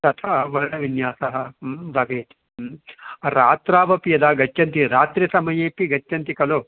तथा वर्णविन्यासः ह्म् भवेत् ह्म् रात्रावपि यदा गच्छन्ति रात्रिसमयेपि गच्छन्ति खलु